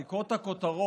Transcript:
לקרוא את הכותרות,